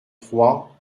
trois